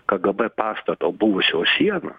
kgb pastato buvusio sieną